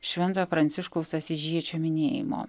šventojo pranciškaus asyžiečio minėjimo